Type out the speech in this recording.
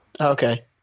Okay